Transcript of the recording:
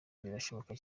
birashoboka